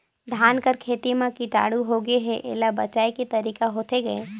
धान कर खेती म कीटाणु होगे हे एला बचाय के तरीका होथे गए?